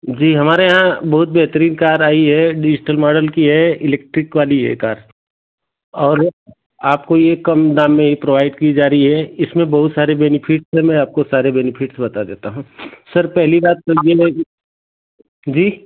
जी हमारे यहाँ बहुत बेहतरीन कार आई है डिजिटल माडल की है इलेक्ट्रिक वाली है कार और आपको यह कम दाम में ही प्रोवाइड की जा रही है इसमें बहुत सारे बेनिफिट्स है मैं आपको सारे बेनिफिट्स बता देता हूँ सर पहली बात तो यह है कि जी